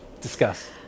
Discuss